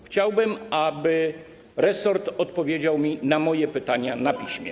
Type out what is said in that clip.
Chciałbym, aby resort odpowiedział na moje pytania na piśmie.